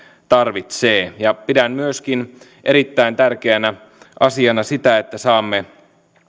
tarvitsee pidän myöskin erittäin tärkeänä asiana sitä että saamme